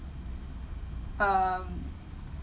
um